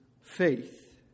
faith